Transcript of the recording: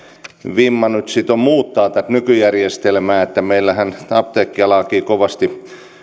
vimma nyt sitten on muuttaa tätä nykyjärjestelmää meillähän apteekkialaakin kovasti